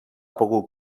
pogut